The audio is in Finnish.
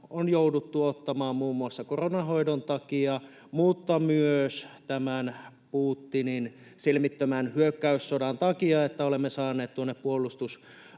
on jouduttu ottamaan muun muassa koronan hoidon takia mutta myös tämän Putinin silmittömän hyökkäyssodan takia, [Mari Rantanen: Entä